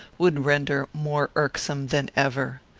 would render more irksome than ever.